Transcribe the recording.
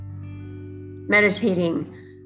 meditating